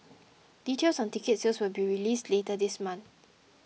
details on ticket sales will be released later this month